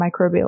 microbial